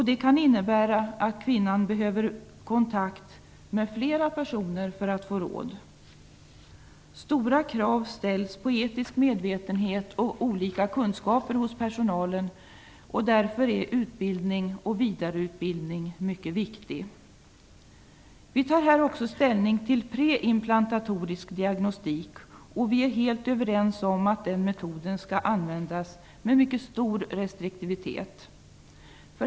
Det kan innebära att kvinnan behöver kontakt med flera personer för att få råd. Stora krav ställs på etisk medvetenhet och olika kunskaper hos personalen. Därför är utbildning och vidareutbildning mycket viktigt. Vi tar här också ställning till preimplantatorisk diagnostik, och vi är helt överens om att denna metod skall användas med mycket stor restriktivitet.